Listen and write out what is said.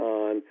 on